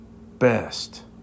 best